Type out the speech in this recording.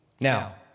Now